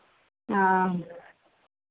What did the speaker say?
हँ